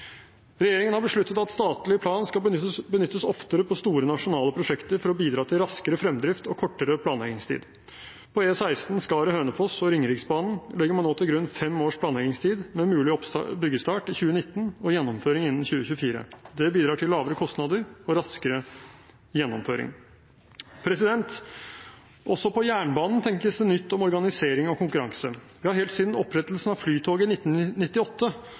Regjeringen har besluttet at statlig plan skal benyttes oftere på store nasjonale prosjekter for å bidra til raskere fremdrift og kortere planleggingstid. På E16 Skaret–Hønefoss og Ringeriksbanen legger man nå til grunn fem års planleggingstid, med mulig byggestart i 2019 og gjennomføring innen 2024. Det bidrar til lavere kostnader og raskere gjennomføring. Også på jernbanen tenkes det nytt om organisering og konkurranse. Vi har helt siden opprettelsen av Flytoget i 1998